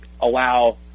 allow